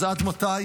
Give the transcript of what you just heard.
אז עד מתי?